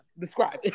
describe